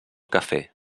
quefer